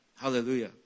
Hallelujah